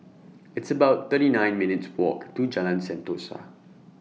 It's about thirty nine minutes' Walk to Jalan Sentosa